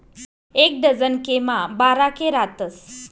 एक डझन के मा बारा के रातस